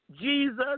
Jesus